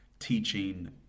Teaching